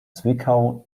zwickau